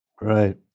Right